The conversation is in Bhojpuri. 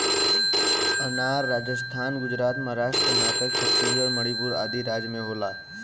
अनार राजस्थान गुजरात महाराष्ट्र कर्नाटक छतीसगढ़ मणिपुर आदि राज में होला